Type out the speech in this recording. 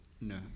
No